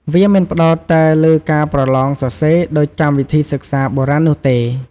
វាមិនផ្តោតតែលើការប្រឡងសរសេរដូចកម្មវិធីសិក្សាបុរាណនោះទេ។